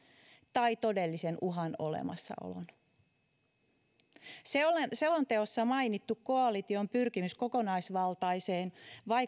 tai todellisen uhan olemassaolon selonteossa mainittu koalition pyrkimys kokonaisvaltaiseen